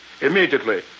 immediately